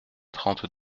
trente